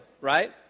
right